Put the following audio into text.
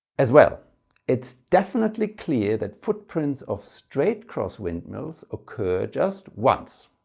as well it's definitely clear that footprints of straight cross windmills occur just once